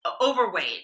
overweight